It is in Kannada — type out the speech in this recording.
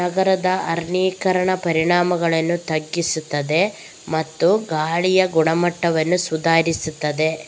ನಗರ ಅರಣ್ಯೀಕರಣ ಪರಿಣಾಮಗಳನ್ನು ತಗ್ಗಿಸುತ್ತದೆ ಮತ್ತು ಗಾಳಿಯ ಗುಣಮಟ್ಟವನ್ನು ಸುಧಾರಿಸುತ್ತದೆ